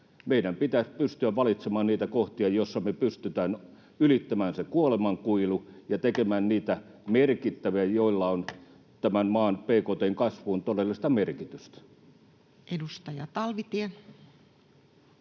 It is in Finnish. Meidän pitäisi pystyä valitsemaan niitä kohtia, joissa me pystytään ylittämään kuolemankuilu ja tekemään niitä merkittäviä panostuksia, joilla on tämän maan bkt:n kasvuun todellista merkitystä. [Speech 9]